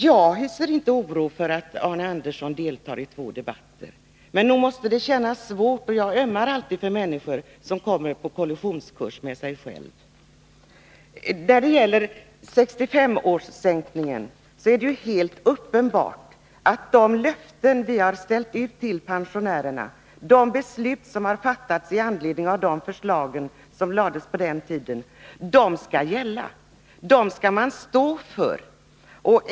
Jag hyser inte oro över att Arne Andersson deltar i två debatter. Men nog måste det kännas svårt, och jag ömmar alltid för människor som kommer på kollisionskurs med sig själva. När det gäller sänkningen av pensionsåldern till 65 år är det helt uppenbart att de löften vi har ställt ut till pensionärerna och de beslut som fattades med anledning av de förslag som framlades på den tiden skall gälla. Dem skall man stå för.